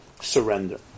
surrender